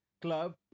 club